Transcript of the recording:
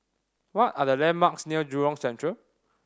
what are the landmarks near Jurong Central